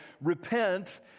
Repent